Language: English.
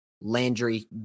Landry